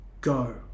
go